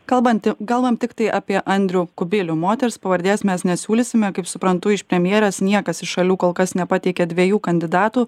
kalbanti kalbam tiktai apie andrių kubilių moters pavardės mes nesiūlysime kaip suprantu iš premjerės niekas iš šalių kol kas nepateikė dviejų kandidatų